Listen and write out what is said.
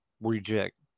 reject